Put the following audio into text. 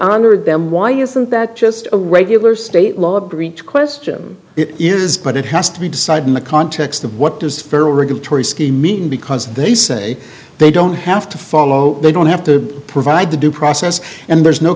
under them why isn't that just a regular state law breach question it is but it has to be decided in the context of what does federal regulatory scheme mean because they say they don't have to follow they don't have to provide the due process and there's no